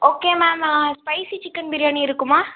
okay ma'am ah spicy chicken biryani இருக்குமா